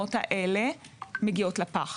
מזהמות הלו מגיעות לפח.